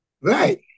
Right